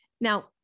Now